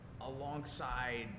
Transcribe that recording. alongside